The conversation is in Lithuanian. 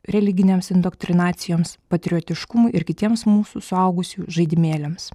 religinėms indoktrinacijoms patriotiškumui ir kitiems mūsų suaugusiųjų žaidimėliams